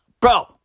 Bro